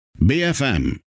BFM